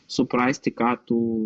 suprasti ką tu